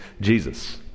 Jesus